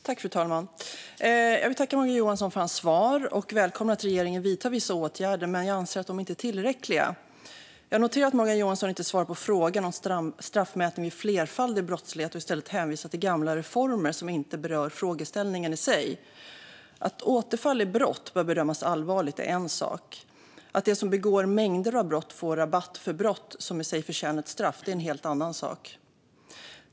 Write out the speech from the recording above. Fru talman! Jag vill tacka Morgan Johansson för hans svar och välkomnar att regeringen vidtar vissa åtgärder, men jag anser att de inte är tillräckliga. Jag noterar att Morgan Johansson inte svarar på frågan om straffmätning vid flerfaldig brottslighet och i stället hänvisar till gamla reformer som inte berör frågeställningen i sig. Att återfall i brott bör bedömas allvarligt är en sak, att de som begår mängder av brott får rabatt för brott som förtjänar ett straff är en helt annan sak.